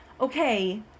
okay